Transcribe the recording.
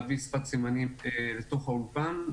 של להביא שפת סימנים לתוך האולפן,